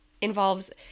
involves